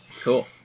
Cool